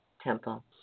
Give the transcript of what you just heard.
Temple